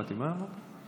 לא שמעתי, מה אמרת?